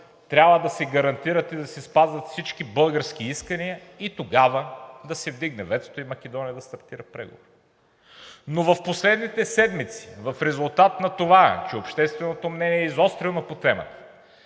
трябва да се гарантират и да се спазват всички български искания и тогава да се вдигне ветото и Македония да стартира преговорите. Но в последните седмици в резултат на това, че общественото мнение е изострено по темата,